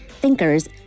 thinkers